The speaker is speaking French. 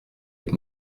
les